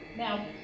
Now